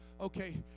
Okay